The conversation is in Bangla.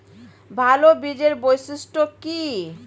ভাল বীজের বৈশিষ্ট্য কী?